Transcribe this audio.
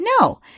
No